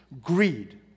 greed